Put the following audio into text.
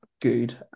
good